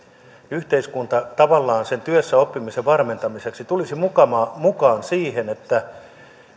yhteiskunta tavallaan sen työssäoppimisen varmentamiseksi tulisi mukaan siihen niin että